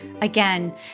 Again